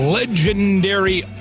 Legendary